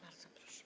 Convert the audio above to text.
Bardzo proszę.